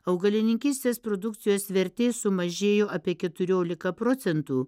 augalininkystės produkcijos vertė sumažėjo apie keturiolika procentų